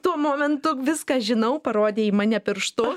tuo momentu viską žinau parodė į mane pirštu